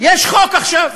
יש חוק עכשיו,